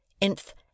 inf